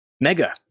Mega